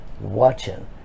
watching